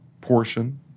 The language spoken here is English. portion